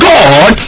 God